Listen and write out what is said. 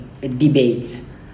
debates